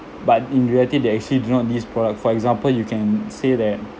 but in reality they actually do not need this product for example you can say that